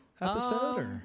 episode